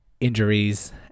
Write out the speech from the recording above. injuries